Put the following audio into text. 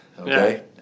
Okay